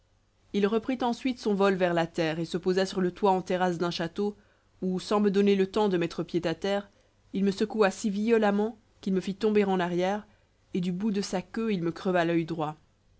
il reprit ensuite son vol vers la terre et se posa sur le toit en terrasse d'un château où sans me donner le temps de mettre pied à terre il me secoua si violemment qu'il me fit tomber en arrière et du bout de sa queue il me creva l'oeil droit